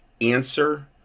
answer